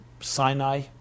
Sinai